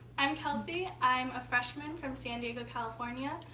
i'm kelsey. i'm a freshman from san diego, california.